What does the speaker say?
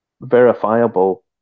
verifiable